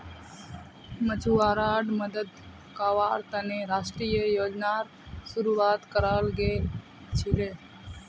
मछुवाराड मदद कावार तने राष्ट्रीय योजनार शुरुआत कराल गेल छीले